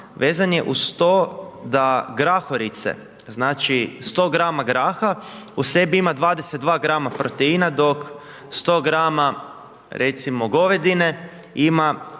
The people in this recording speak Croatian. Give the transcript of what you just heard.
vezan je uz to da grahorice, znači, 100 gr. graha u sebi ima 22 gr. proteina, dok 100 gr, recimo govedine ima